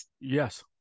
Yes